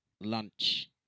lunch